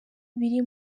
biri